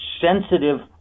sensitive